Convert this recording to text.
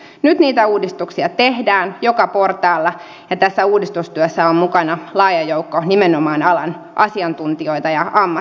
nyt niitä uudistuksia tehdään joka portaalla ja tässä uudistustyössä on mukana laaja joukko nimenomaan alan asiantuntijoita ja ammattilaisia